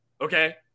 okay